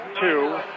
two